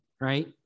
right